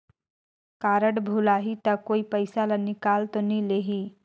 Card भुलाही ता कोई पईसा ला निकाल तो नि लेही?